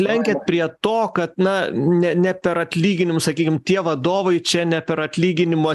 lenkiat prie to kad na ne ne per atlyginimus sakykim tie vadovai čia ne per atlyginimo